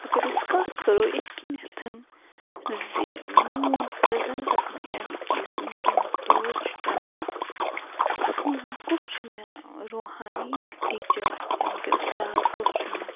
اَگر أسۍ کَتھ کَرَو یِتھ کٔنٮ۪تھ زِ میون پرٛٮ۪زنٛٹَس منٛز یعنی کہِ یُس ؤنۍکٮ۪نُک دور چھِ چلان اَتھ منٛز کُس چھُ مےٚ روٗحانی ٹیٖچَر یعنی کہِ اُستاد کُس چھُ مےٚ